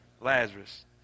Lazarus